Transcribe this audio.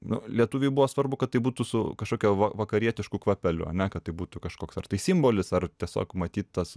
nu lietuviui buvo svarbu kad tai būtų su kažkokia va vakarietišku kvapeliu ane kad tai būtų kažkoks ar tai simbolis ar tiesiog matyt tas